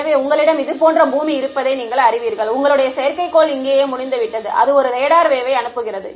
எனவே உங்களிடம் இது போன்ற பூமி இருப்பதை நீங்கள் அறிவீர்கள் உங்களுடைய செயற்கைக்கோள் இங்கேயே முடிந்துவிட்டது அது ஒரு ரேடார் வேவ்வை அனுப்புகிறது